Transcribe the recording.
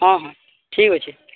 ହଁ ହଁ ଠିକ୍ ଅଛି